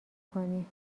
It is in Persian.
کنی